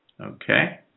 okay